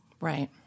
Right